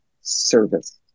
service